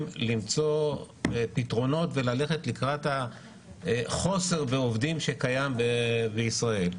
למצוא פתרונות וללכת לקראת החוסר בעובדים שקיים בישראל.